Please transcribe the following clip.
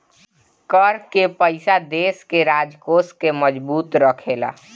कर कअ पईसा देस के राजकोष के मजबूत रखेला